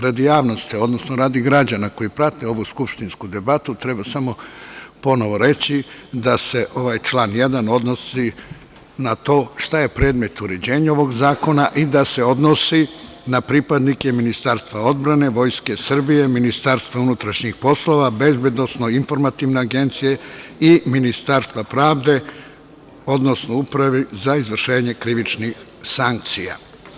Radi javnosti, odnosno radi građana koji prate ovu skupštinsku debatu treba samo ponovo reći da se ovaj član 1. odnosi na to šta je predmet uređenja ovog zakona i da se odnosi na pripadnike Ministarstva odbrane, Vojske Srbije, Ministarstva unutrašnjih poslova, Bezbedonosno-informativne agencije i Ministarstva pravde, odnosno upravi za izvršenje krivičnih sankcija.